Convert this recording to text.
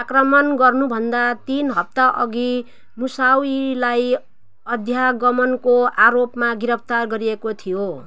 आक्रमण गर्नुभन्दा तिन हप्ताअघि मुसावीलाई अध्यागमनको आरोपमा गिरफ्तार गरिएको थियो